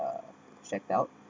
uh stress out